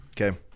okay